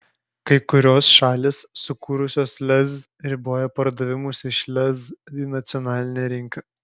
kai kurios šalys sukūrusios lez riboja pardavimus iš lez į nacionalinę rinką